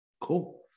Cool